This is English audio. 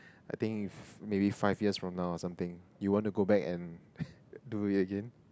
I think if maybe five years from now or something you want to go back and do it again